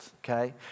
okay